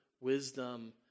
wisdom